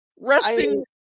resting